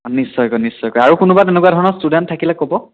অঁ নিশ্চয়কৈ নিশ্চয়কৈ আৰু কোনোবা তেনেকুৱা ধৰণৰ ষ্টুডেণ্ট থাকিলে ক'ব